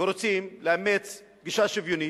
שרוצים לאמץ גישה שוויונית,